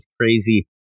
crazy